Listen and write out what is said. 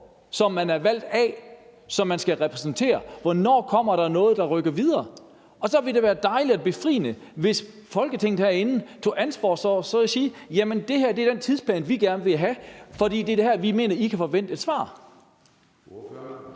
som vi er valgt af, og som vi skal repræsentere? Hvornår kommer der noget, der rykker videre? Så ville det være dejligt og befriende, hvis man herinde i Folketinget tog ansvar og sagde: Det her er den tidsplan, vi gerne vil have, for det er her, vi mener I kan forvente et svar.